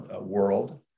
world